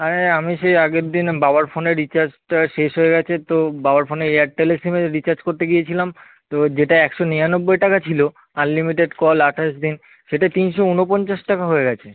আরে আমি সেই আগের দিন বাবার ফোনের রিচার্জটা শেষ হয়ে গেছে তো বাবার ফোনে এয়ারটেলের সিমের রিচার্জ করতে গিয়েছিলাম তো যেটা একশো নিরানব্বই টাকা ছিলো আনলিমিটেড কল আঠাশ দিন সেটা তিনশো উনপঞ্চাশ টাকা হয়ে গেছে